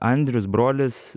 andrius brolis